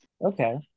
okay